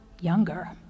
younger